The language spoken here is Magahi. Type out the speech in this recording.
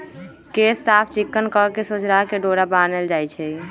केश साफ़ चिक्कन कके सोझरा के डोरा बनाएल जाइ छइ